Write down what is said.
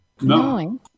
No